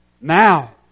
Now